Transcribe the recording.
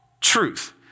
truth